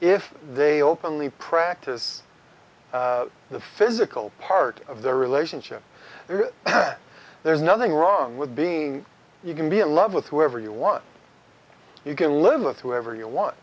if they openly practice the physical part of their relationship that there's nothing wrong with being you can be in love with whoever you want you can live with whoever you want